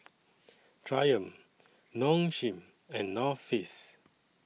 Triumph Nong Shim and North Face